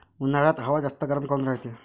उन्हाळ्यात हवा जास्त गरम काऊन रायते?